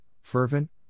fervent